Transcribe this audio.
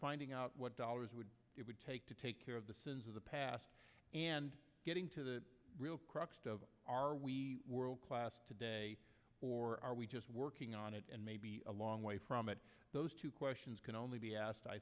finding out what dollars would it would take to take care of the sins of the past and getting to the real crux of our we world class today or are we just working and may be a long way from those two questions can only be asked i